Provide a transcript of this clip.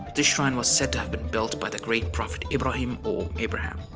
this shrine was said to have been built by the great prophet ibrahim or abraham.